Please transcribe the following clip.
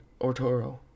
Ortoro